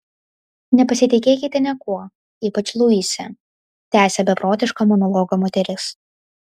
nepasitikėkite niekuo ypač luise tęsė beprotišką monologą moteris